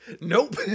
nope